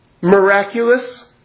miraculous